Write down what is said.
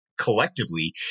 collectively